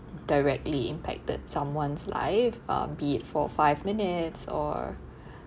directly impacted someone's life um be it for five minutes or